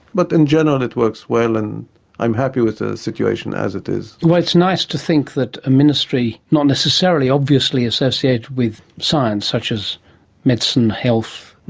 but in general it works well and i'm happy with the situation as it is. it's nice to think that a ministry, not necessarily obviously associated with science such as medicine, health,